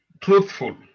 truthful